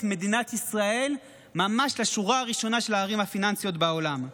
מדינת ישראל ממש לשורה הראשונה של הערים הפיננסיות בעולם.